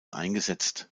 eingesetzt